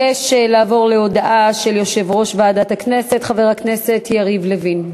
נעבור להודעה של יושב-ראש ועדת הכנסת חבר הכנסת יריב לוין.